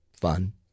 fun